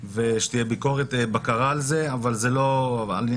ושתהיה בקרה על זה, אבל זה לא הנושא.